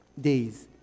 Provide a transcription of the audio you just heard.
days